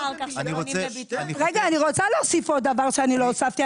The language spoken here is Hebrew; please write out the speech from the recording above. אני רוצה להוסיף עוד דבר שאני לא הוספתי.